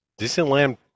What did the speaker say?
Disneyland